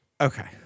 okay